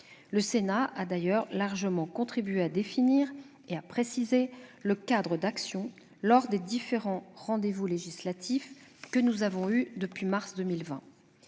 Le Sénat a d'ailleurs largement contribué à définir et à préciser ce cadre d'action lors des différents rendez-vous législatifs que nous avons eus depuis mars 2020.